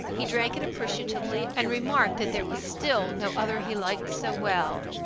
he drank it appreciatively and remarked that there was still no other he liked so well.